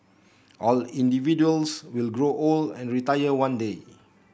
all individuals will grow old and retire one day